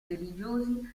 religiosi